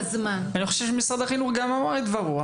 מבזבזים כספים יקרים --- אני חושב שמשרד החינוך אמר את דברו,